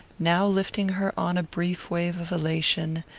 now lifting her on a brief wave of elation,